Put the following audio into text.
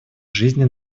жизни